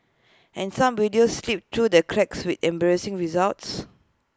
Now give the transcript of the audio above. and some videos slip through the cracks with embarrassing results